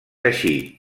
així